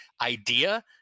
idea